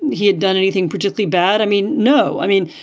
he had done anything particularly bad? i mean, no. i mean,